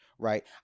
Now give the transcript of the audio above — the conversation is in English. Right